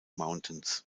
mountains